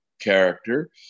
character